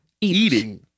eating